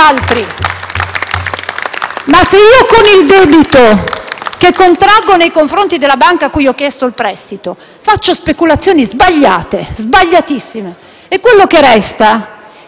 che contraggo nei confronti della banca a cui ho chiesto il prestito faccio speculazioni sbagliate, sbagliatissime, e quello che resta in un momento di follia me lo gioco alla *roulette*,